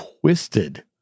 twisted